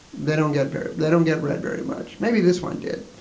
they don't get very they don't get read very much. maybe this one did,